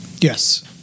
Yes